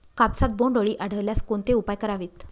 कापसात बोंडअळी आढळल्यास कोणते उपाय करावेत?